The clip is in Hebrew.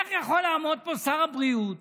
איך יכול לעמוד פה שר הבריאות